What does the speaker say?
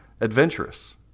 adventurous